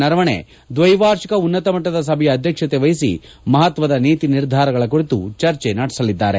ನರವಣೆ ದ್ವೈವಾರ್ಷಿಕ ಉನ್ನತ ಮಟ್ಟದ ಸಭೆಯ ಅಧ್ಯಕ್ಷತೆ ವಹಿಸಿ ಮಹತ್ವದ ನೀತಿ ನಿರ್ಧಾರಗಳ ಕುರಿತು ಚರ್ಚೆ ನಡೆಸಲಿದ್ದಾರೆ